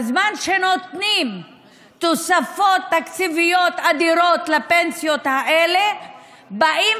בזמן שנותנים תוספות תקציביות אדירות לפנסיות האלה באים,